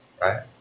Right